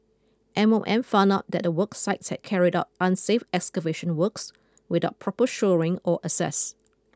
M O M found out that the work site had carried out unsafe excavation works without proper shoring or access